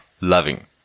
loving